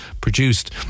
produced